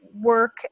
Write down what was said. work